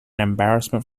embarrassment